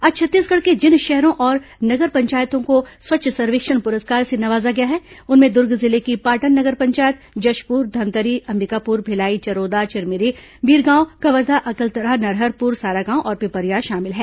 आज छत्तीसगढ़ के जिन शहरों और नगर पंचायतों को स्वच्छ सर्वेक्षण पुरस्कार से नवाजा गया है उनमें दुर्ग जिले की पाटन नगर पंचायत जशपुर धमतरी अंबिकापुर भिलाई चरोदा चिरमिरी बीरगांव कवर्धा अकलतरा नरहरपुर सारागांव और पिपरिया शामिल हैं